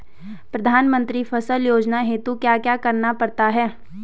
प्रधानमंत्री फसल योजना हेतु क्या क्या करना पड़ता है?